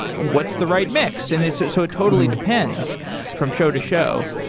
what's the right mix? and it so so totally depends from show to show.